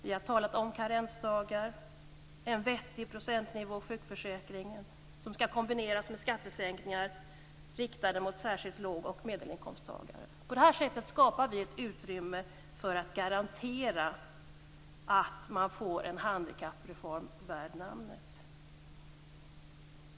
Vi har talat om karensdagar och en vettig procentnivå i sjukförsäkringen som skall kombineras med skattesänkningar riktade särskilt mot låg och medelinkomsttagare. På detta sätt skapar vi ett utrymme för att garantera att man får en handikappreform värd namnet.